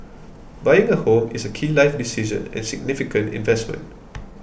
buying a home is a key life decision and significant investment